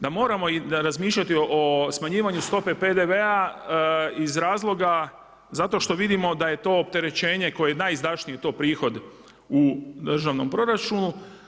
Da moramo razmišljati o smanjivanju stope PDV-a iz razloga zato što vidimo da je to opterećenje koje je najizdašnije, to prihod u državnom proračunu.